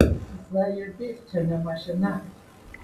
zajebys čia ne mašina